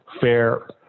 Fair